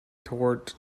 toward